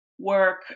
work